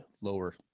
lower